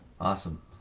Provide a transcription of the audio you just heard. Awesome